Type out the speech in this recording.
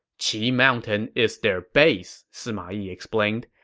qi mountain is their base, sima yi explained.